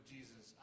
Jesus